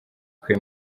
twe